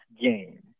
game